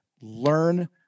learn